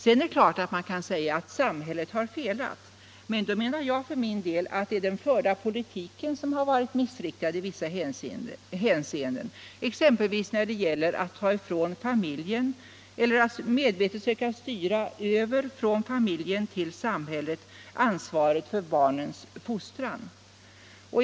Det är klart att man kan säga att samhället har felat, men då menar jag att det är den förda politiken debatt Allmänpolitisk debatt som har varit misslyckad i vissa hänseenden, exempelvis när det gäller att medvetet söka styra över från familjen till samhället ansvaret för barnens fostran.